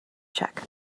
check